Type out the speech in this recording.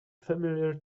familiar